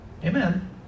Amen